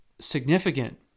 significant